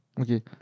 Okay